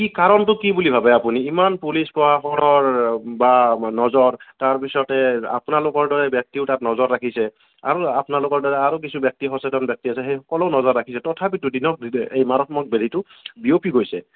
কি কাৰণটো কি বুলি ভাৱে আপুনি ইমান পুলিচ প্ৰশাসন বা নজৰ তাৰপিছতে আপোনালোকৰ দৰে ব্যক্তিও তাত নজৰ ৰাখিছে আৰু আপোনালোকৰ দৰে আৰু কিছু ব্য়ক্তি সচেতন ব্যক্তি আছে সেইলোকেও নজৰ ৰাখিছে তথাপিতো দিনক দিনে এই মাৰাত্মক ব্য়াধিটো বিয়পি গৈছে